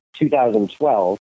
2012